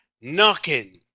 knocking